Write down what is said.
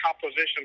composition